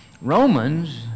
Romans